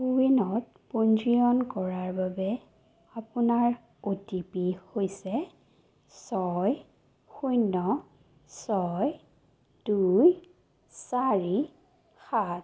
কোৱিনত পঞ্জীয়ন কৰাৰ বাবে আপোনাৰ অ' টি পি হৈছে ছয় শূন্য ছয় দুই চাৰি সাত